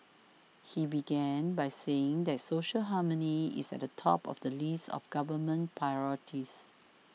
he began by saying that social harmony is at the top of the list of government priorities